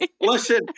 Listen